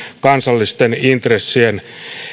kansallisten intressien